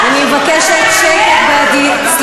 אני מבקשת שקט, אתה מאיים?